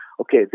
okay